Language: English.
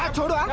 um total